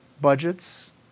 Budgets